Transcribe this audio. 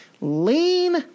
Lean